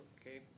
okay